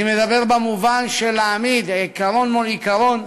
אני מדבר במובן של להעמיד עיקרון מול עיקרון,